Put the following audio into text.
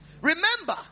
Remember